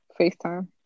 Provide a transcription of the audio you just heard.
FaceTime